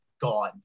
gone